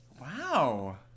Wow